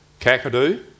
Kakadu